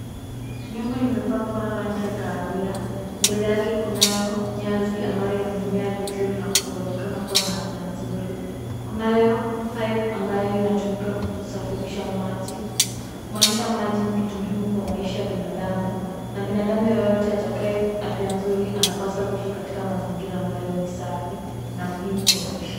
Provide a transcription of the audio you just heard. Nyumba imepakwa rangi ya kahawia, mbele yake kunayo nyasi ambayo yamemea vizuri na kuonekana kuwa na afya nzuri. Kunayo pipe ambayo inatumika kusafirisha maji, kumaanisha maji ni kitu muhimu kwa maisha ya binadamu na binadamu yeyote atakaye afya nzuri anapaswa kuishi katika mazingira ambayo ni safi na muhimu kwa maisha.